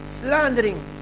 slandering